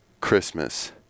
Christmas